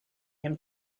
him